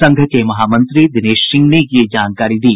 संघ के महामंत्री दिनेश सिंह ने यह जानकारी दी